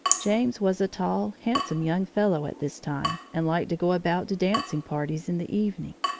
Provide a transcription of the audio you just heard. james was a tall, handsome young fellow at this time, and liked to go about to dancing-parties in the evening.